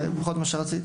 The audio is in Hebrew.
זה מה שרצית?